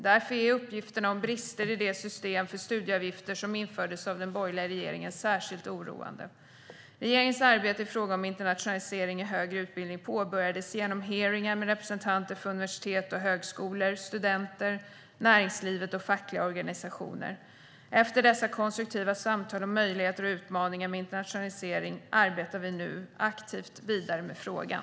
Därför är uppgifterna om brister i det system för studieavgifter som infördes av den borgerliga regeringen särskilt oroande. Regeringens arbete i frågan om internationalisering i högre utbildning påbörjades genom hearingar med representanter för universitet och hög-skolor, studenter, näringslivet och fackliga organisationer. Efter dessa konstruktiva samtal om möjligheter och utmaningar med internationalisering arbetar vi nu aktivt vidare med frågan.